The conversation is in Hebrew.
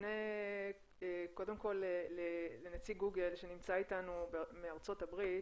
אפנה קודם כול לנציג גוגל שנמצא איתנו מארצות הברית,